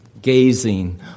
Gazing